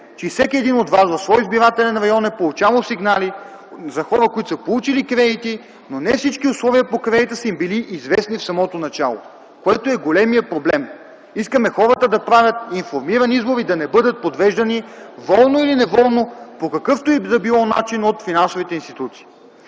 че всеки един от вас в своя избирателен район е получавал сигнали за хора, които са получили кредити, но не всички условия по кредита са им били известни в самото начало, което е големият проблем. Искаме хората да правят информиран избор и да не бъдат подвеждани волно или неволно, по какъвто и да било начин, от финансовите институции.